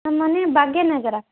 ನಮ್ಮ ಮನೆ ಭಾಗ್ಯನಗರ